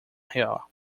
hill